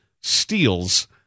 steals